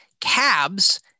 cabs